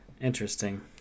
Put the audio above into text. Interesting